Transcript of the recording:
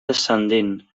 descendent